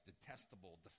detestable